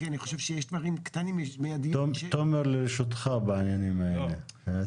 כי אני חושב שיש דברים קטנים מהדיון --- תומר לרשותך בעניינים האלה.